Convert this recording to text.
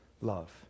love